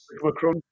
Macron